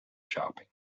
shopping